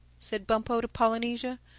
said bumpo to polynesia,